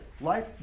life